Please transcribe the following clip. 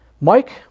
Mike